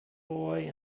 boy